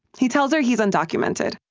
he tells her he's undocumented.